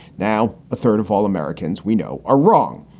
now, a third of all americans we know are wrong.